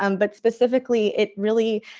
um but specifically, it really,